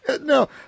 No